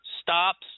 stops